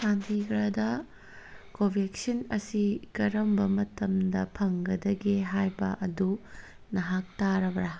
ꯆꯥꯟꯗꯤꯒꯔꯗ ꯀꯣꯕꯦꯛꯁꯤꯟ ꯑꯁꯤ ꯀꯔꯝꯕ ꯃꯇꯝꯗ ꯐꯪꯒꯗꯒꯦ ꯍꯥꯏꯕ ꯑꯗꯨ ꯅꯍꯥꯛ ꯇꯥꯔꯕ꯭ꯔ